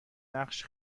نقش